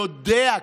יודע.